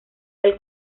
del